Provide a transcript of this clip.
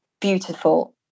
beautiful